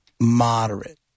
moderate